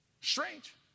strange